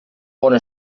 bona